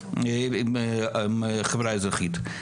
מקומיים מהחברה האזרחית.